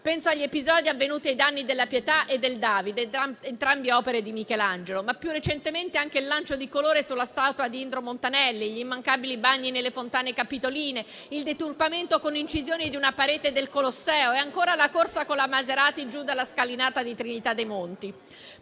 Penso agli episodi avvenuti ai danni della Pietà o del David, entrambe opere di Michelangelo, ma più recentemente anche al lancio di colore sulla statua di Indro Montanelli, agli immancabili bagni nelle fontane capitoline, al deturpamento con incisione di una parete del Colosseo e ancora alla corsa con la Maserati giù dalla scalinata di Trinità dei Monti.